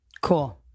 Cool